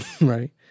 right